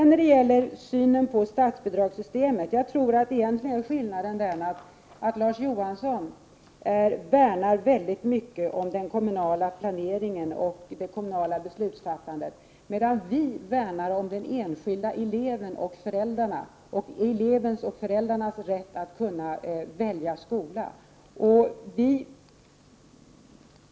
När det gäller synen på statsbidragssystemet tror jag att skillnaden mellan oss egentligen är att Larz Johansson värnar väldigt mycket om den kommunala planeringen och det kommunala beslutsfattandet, medan vi värnar om de enskilda eleverna och föräldrarna och elevernas och föräldrarnas rätt att kunna välja skola.